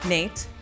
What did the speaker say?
Nate